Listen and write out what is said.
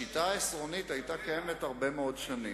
אני לא רוצה לחזור על הרפורמה שדיבר עליה